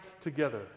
together